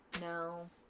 No